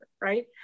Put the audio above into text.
right